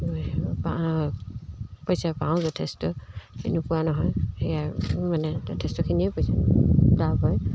পইচা পাওঁ যথেষ্ট এনেকুৱা নহয় সেয়া মানে যথেষ্টখিনিয়ে পইচা লাভ হয়